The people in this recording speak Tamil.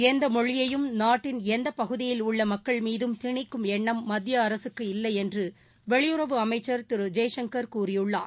எந்த மொழியையும் நாட்டின் எந்த பகுதியில் உள்ள மக்கள் மீதும் திணிக்கும் எண்ணம் மத்திய அரசுக்கு இல்லை என்று வெளியுறவு அமைச்சர் திரு ஜெய்சங்கள் கூறியுள்ளார்